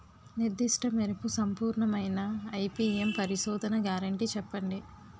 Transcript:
నిర్దిష్ట మెరుపు సంపూర్ణమైన ఐ.పీ.ఎం పరిశోధన గ్యారంటీ చెప్పండి?